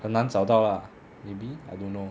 很难找到 lah maybe I don't know